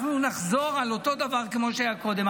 שנחזור על אותו דבר כמו שהיה קודם.